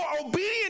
obedient